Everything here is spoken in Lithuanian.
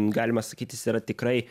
galima sakyti jis yra tikrai